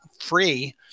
free